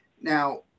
Now